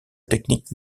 technique